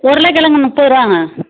உருளைக்கெழங்கு முப்பதுருவாங்க